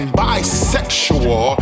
bisexual